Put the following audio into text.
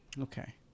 okay